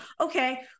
Okay